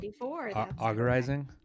augurizing